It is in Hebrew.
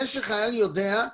זה שחייל יודע,